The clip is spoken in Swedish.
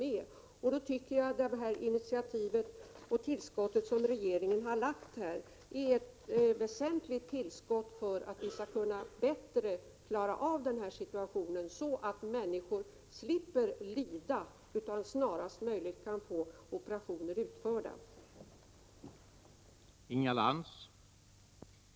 Jag tycker att det initiativ med ett tillskott som regeringen har tagit är ett väsentligt bidrag för att vi bättre skall kunna klara av denna situation, så att människor snarast möjligt kan få operationer utförda och slipper lida.